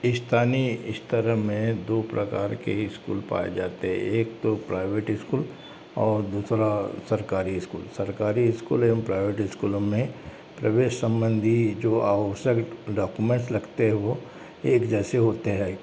स्थानीय स्तर में दो प्रकार के स्कूल पाए जाते हे एक तो प्राइवेट स्कूल और दूसरा सरकारी स्कूल सरकारी स्कूल एवं प्राइवेट स्कूलों में प्रवेश संबंधी जो आवश्यक डॉकुमेंट लगते हैं वो एक जैसे होते है